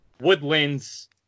woodlands